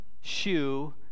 shoe